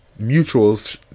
mutuals